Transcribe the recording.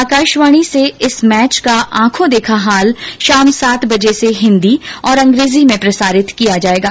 आकाशवाणी से इस मैच का आंखों देखा हाल शाम सात बजे से हिन्दी और अंग्रेजी में प्रसारित किया जाएगा